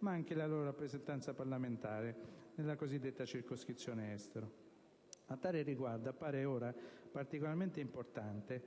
ma anche una loro rappresentanza parlamentare nella cosiddetta circoscrizione Estero. A tale riguardo, appare ora come particolarmente importante